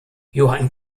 johann